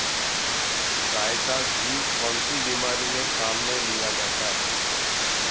गाय का घी कौनसी बीमारी में काम में लिया जाता है?